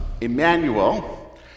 Emmanuel